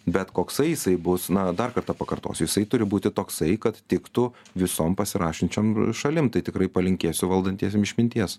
bet koksai jisai bus na dar kartą pakartosiu jisai turi būti toksai kad tiktų visom pasirašančiam šalim tai tikrai palinkėsiu valdantiesiem išminties